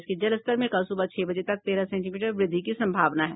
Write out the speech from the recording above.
इसके जलस्तर में कल सुबह छह बजे तक तेरह सेंटीमीटर वृद्धि की संभावना है